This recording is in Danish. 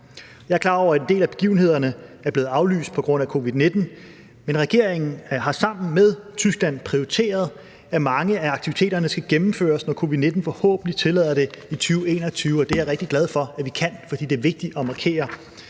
Jeg er klar over, at en del af begivenhederne er blevet aflyst på grund af covid-19, men regeringen har sammen med Tyskland prioriteret, at mange af aktiviteterne skal gennemføres, når covid-19 forhåbentlig tillader det i 2021, og det er jeg rigtig glad for at vi kan, for det er vigtigt at markere